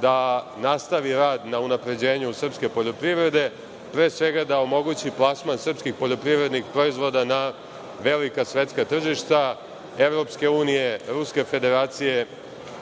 da nastavi rad na unapređenju srpske poljoprivrede, pre svega da omogući plasman srpskih poljoprivrednih proizvoda na velika svetska tržišta EU, Ruske Federacije,